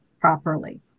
properly